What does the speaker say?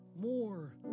more